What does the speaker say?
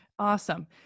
Awesome